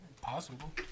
possible